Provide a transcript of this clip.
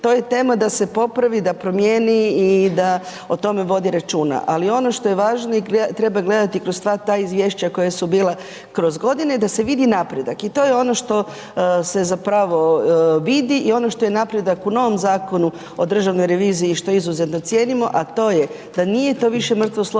to je tema da se popravi, da promijeni i da o tome vodi računa, ali ono što je važno treba gledati kroz sva ta izvješća koja su bila kroz godine i da se vidi napredak i to je ono što se zapravo vidi i ono što je napredak u novom Zakonu o državnoj reviziji i što izuzetno cijenimo, a to je da nije to više mrtvo slovo